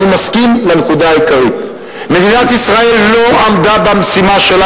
אני מסכים לנקודה העיקרית: מדינת ישראל לא עמדה במשימה שלה,